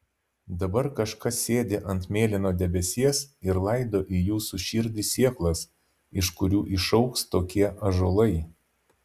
dabar kažkas sėdi ant mėlyno debesies ir laido į jūsų širdį sėklas iš kurių išaugs tokie ąžuolai